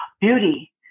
beauty